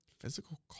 Physical